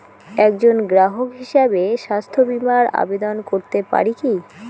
একজন গ্রাহক হিসাবে স্বাস্থ্য বিমার আবেদন করতে পারি কি?